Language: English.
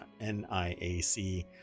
NIAC